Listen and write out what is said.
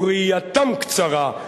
וראייתם קצרה,